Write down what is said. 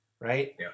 Right